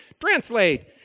Translate